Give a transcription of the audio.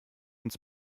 uns